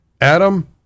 Adam